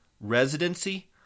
residency